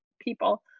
people